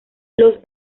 los